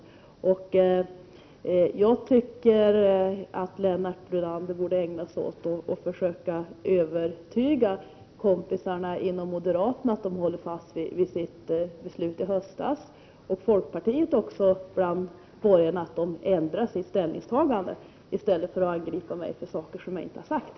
Jag tycker att Lennart Brunander, i stället för att angripa mig för saker som jag inte har sagt, borde ägna sig åt att försöka övertyga kompisarna inom moderaterna att hålla fast vid sitt beslut i höstas och att även övertyga folkpartiet bland de borgerliga om att de bör ändra sitt ställningstagande.